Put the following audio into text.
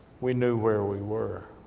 we knew where we were.